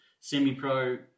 semi-pro